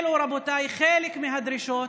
אלו, רבותיי, חלק מהדרישות,